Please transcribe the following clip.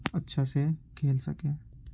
اچھا سے کھیل سکیں